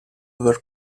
vol